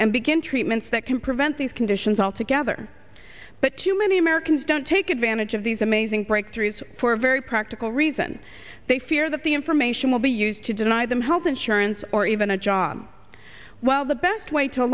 and begin treatments that can prevent these conditions all together but too many americans don't take advantage of these amazing breakthroughs for a very practical reason they fear that the information will be used to deny them health insurance or even a job well the best way to